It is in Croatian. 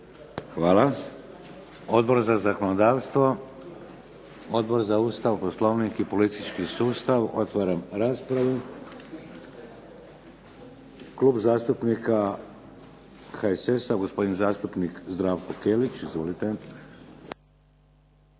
Hvala. Odbor za zakonodavstvo? Odbor za Ustav, Poslovnik i politički sustav? Otvaram raspravu. Klub zastupnika HSS-a, gospodin zastupnik Zdravko Kelić. Izvolite.